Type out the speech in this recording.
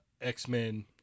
X-Men